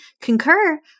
concur